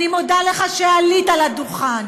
אני מודה לך על שעלית על הדוכן,